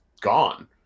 gone